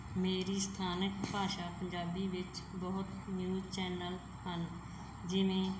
ਮੇਰੀ ਸਥਾਨਕ ਭਾਸ਼ਾ ਪੰਜਾਬੀ ਵਿੱਚ ਬਹੁਤ ਨਿਊਜ਼ ਚੈਨਲ ਹਨ ਜਿਵੇਂ